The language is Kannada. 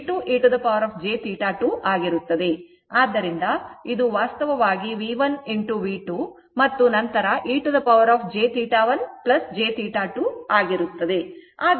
ಆದ್ದರಿಂದ ಇದು ವಾಸ್ತವವಾಗಿ ಇದು V1 V2 ಮತ್ತು ನಂತರ e jθ 1 θ2 ಆಗಿರುತ್ತದೆ